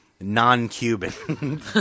Non-Cuban